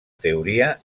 teoria